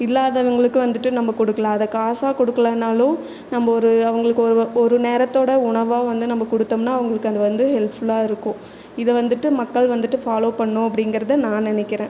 இல்லாதவங்களுக்கு வந்துவிட்டு நம்ப கொடுக்கலாம் அதை காசாக கொடுக்கலன்னாலும் நம்ப ஒரு அவங்களுக்கு ஒரு ஒரு நேரத்தோட உணவாக வந்து நம்ப கொடுத்தோம்னா அவங்களுக்கு அது வந்து ஹெல்ப்ஃபுல்லாக இருக்கும் இதை வந்துவிட்டு மக்கள் வந்துவிட்டு ஃபாலோவ் பண்ணும் அப்படிங்கிறத நான் நினைக்கிறேன்